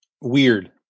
weird